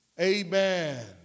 Amen